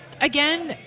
Again